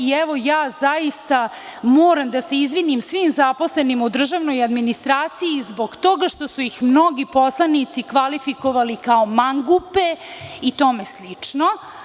Ja zaista moram da se izvinim svim zaposlenima u državnoj administraciji zbog toga što su ih mnogi poslanici kvalifikovali kao mangupe i tome slično.